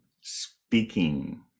speaking